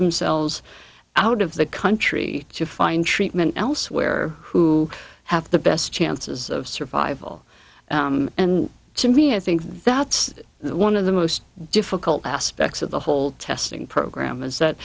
themselves out of the country to find treatment elsewhere who have the best chances of survival and to me i think that's one of the most difficult aspects of the whole testing program is that